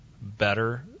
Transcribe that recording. better